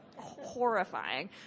horrifying